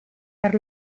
per